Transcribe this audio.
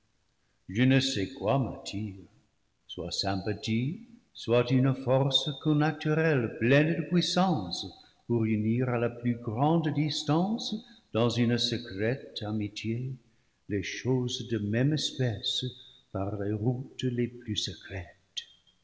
je ne sais quoi m'attire soit sym pathie soit une force conaturelle pleine de puissance pour livre x unir à la plus grande distance dans une secrète amitié les choses de même espèce par les routes les plus secrètes